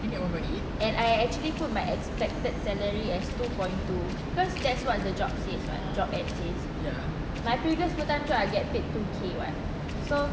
and I actually put my expected salary as two point two because that's what the job said what job ad said my previous full time job I get two K [what] so